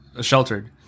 sheltered